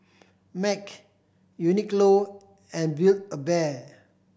Mac Uniqlo and Build A Bear